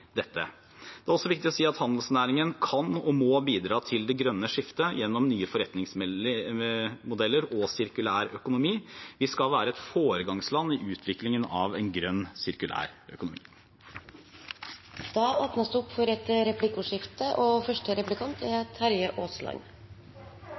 dette. Det er også viktig å si at handelsnæringen kan og må bidra til det grønne skiftet gjennom nye forretningsmodeller og sirkulær økonomi. Vi skal være et foregangsland i utviklingen av en grønn sirkulær økonomi. Det blir replikkordskifte. Det er bra som statsråden sa, at vi er